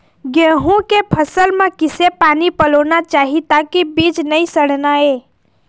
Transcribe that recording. गेहूं के फसल म किसे पानी पलोना चाही ताकि बीज नई सड़ना ये?